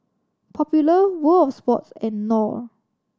Popular World Of Sports and Knorr